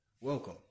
welcome